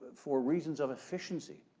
for reasons of efficiency,